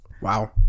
Wow